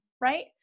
right